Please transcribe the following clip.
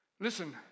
Listen